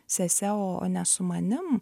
sese o o ne su manim